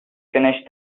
finished